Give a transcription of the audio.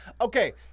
Okay